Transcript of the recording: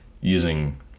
using